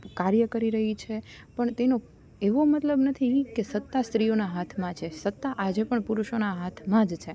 કાર્ય કરી રહી છે પણ તેનો એવો મતલબ નથી કે સત્તા સ્ત્રીઓના હાથમાં છે સત્તા આજે પણ પુરુષોના હાથમાં જ છે